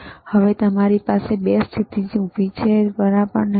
તો હવે તમારી પાસે 2 સ્થિતિ ઊભી છે બરાબર ને